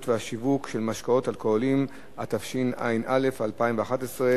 לביטחון תזונתי תעבור לוועדת העבודה,